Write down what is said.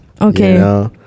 Okay